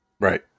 Right